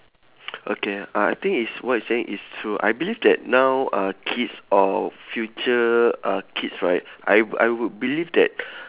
okay uh I think is what you saying is true I believe that now uh kids or future uh kids right I wou~ I would believe that